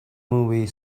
movie